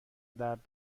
درد